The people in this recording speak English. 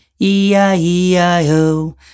E-I-E-I-O